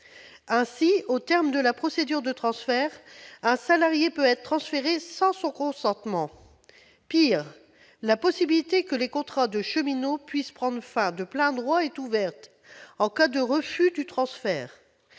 Au terme de cette procédure, un salarié pourra être transféré sans son consentement. Pis, la possibilité que les contrats de cheminot puissent prendre fin de plein droit est ouverte en cas de refus du transfert.